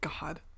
god